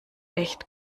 echt